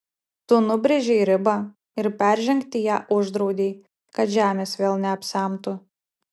tu nubrėžei ribą ir peržengti ją uždraudei kad žemės vėl neapsemtų